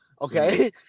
okay